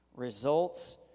results